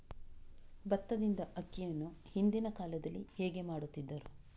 ಭತ್ತದಿಂದ ಅಕ್ಕಿಯನ್ನು ಹಿಂದಿನ ಕಾಲದಲ್ಲಿ ಹೇಗೆ ಮಾಡುತಿದ್ದರು?